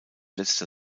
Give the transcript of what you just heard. letzter